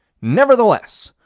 nevertheless,